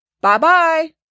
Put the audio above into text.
Bye-bye